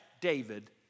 David